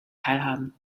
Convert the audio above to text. teilhaben